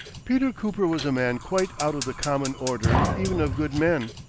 peter cooper was a man quite out of the common order even of good men.